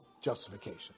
justification